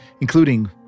including